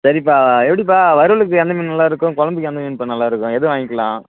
சரிப்பா எப்படிப்பா வறுவலுக்கு எந்த மீன் நல்லாருக்கும் குழம்புக்கு எந்த மீன்ப்பா நல்லாருக்கும் எது வாங்கிக்கலாம்